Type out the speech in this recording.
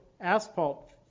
asphalt